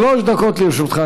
שלוש דקות לרשותך,